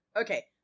Okay